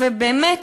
ובאמת